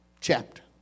chapter